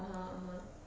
(uh huh) (uh huh)